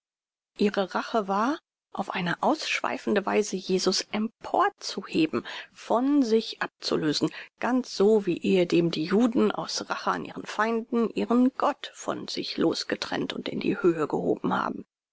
ihre rache war auf eine ausschweifende weise jesus emporzuheben von sich abzulösen ganz so wie ehedem die juden aus rache an ihren feinden ihren gott von sich losgetrennt und in die höhe gehoben haben